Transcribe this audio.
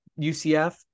UCF